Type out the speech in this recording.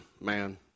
man